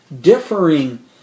differing